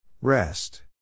Rest